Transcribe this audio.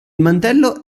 mantello